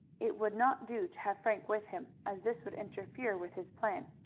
it would not do to have frank with him, as this would interfere with his plan.